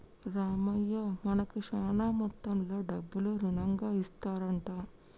రామయ్య మనకు శాన మొత్తంలో డబ్బులు రుణంగా ఇస్తారంట